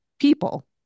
people